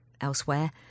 elsewhere